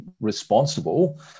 responsible